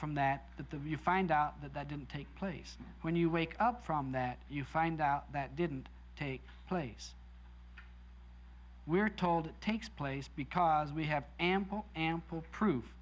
that that the view find out that that didn't take place when you wake up from that you find out that didn't take place we're told takes place because we have ample ample proof